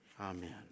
amen